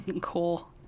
Cool